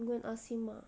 you go and ask him ah